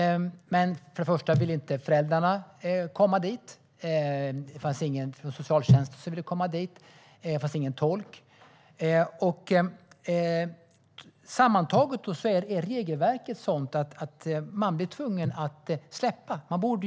Men föräldrarna ville inte komma dit, ingen från socialtjänsten ville komma dit och det fanns ingen tolk. Regelverket är då sådant att man var tvungen att släppa honom.